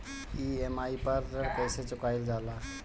EMI पर ऋण कईसे चुकाईल जाला?